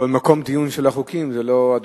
אבל על מקום הדיון של החוקים לא אדוני